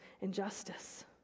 injustice